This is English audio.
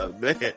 Man